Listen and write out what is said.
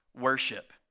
worship